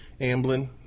Amblin